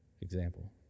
example